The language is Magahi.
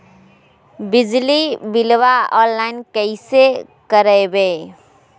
बिजली बिलाबा ऑनलाइन कैसे करबै?